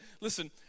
listen